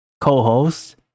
co-host